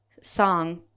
song